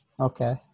Okay